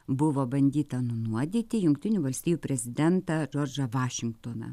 buvo bandyta nunuodyti jungtinių valstijų prezidentą džordžą vašingtoną